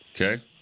Okay